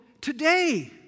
today